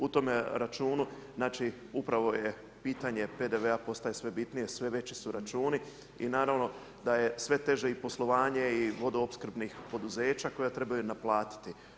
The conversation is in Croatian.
U tome računu znači upravo je pitanje PDV-a postaje sve bitnije, sve veći su računi i naravno da je sve teže i poslovanje i vodoopskrbnih poduzeća koja trebaju naplatiti.